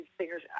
singers